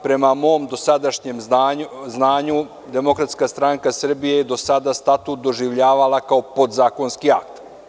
Prema mom dosadašnjem znanju, Demokratska stranka Srbije je do sada Statut doživljavala kao podzakonski akt.